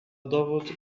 dowód